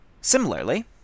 Similarly